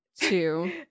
two